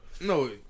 No